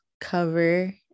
cover